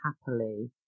happily